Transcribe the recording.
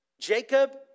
Jacob